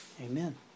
Amen